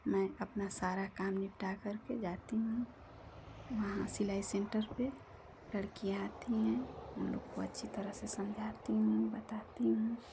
मैं अपना सारा काम निपटा करके जाती हूँ वहाँ सिलाई सेण्टर पे लड़कियाँ आती हैं उन लोगों को अच्छी तरह समझाती हूँ बताती हूँ